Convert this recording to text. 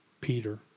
Peter